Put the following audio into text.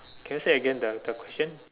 can you say again then the question